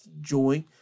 join